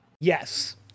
Yes